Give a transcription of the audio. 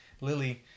lily